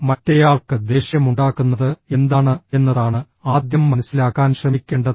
മറ്റേയാൾക്ക് ദേഷ്യമുണ്ടാക്കുന്നത് എന്താണ് എന്നതാണ് ആദ്യം മനസ്സിലാക്കാൻ ശ്രമിക്കേണ്ടത്